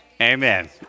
Amen